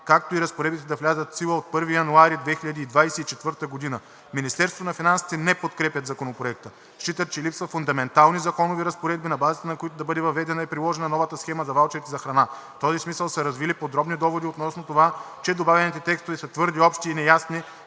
както и разпоредбите да влязат в сила от 1 януари 2024 г. Министерството на финансите не подкрепят Законопроекта. Считат, че липсват фундаментални законови разпоредби, на базата на които да бъде въведена и приложена новата схема за ваучерите за храна. В този смисъл са развили подробни доводи относно това, че добавените текстове са твърде общи и неясни